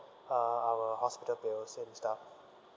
uh our hospital bills and stuff